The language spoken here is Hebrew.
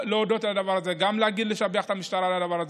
להודות על הדבר הזה וגם לשבח את המשטרה על הדבר הזה.